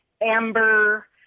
amber